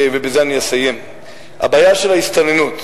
ובזה אני אסיים: הבעיה של ההסתננות,